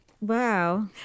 wow